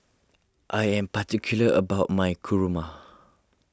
I am particular about my Kurma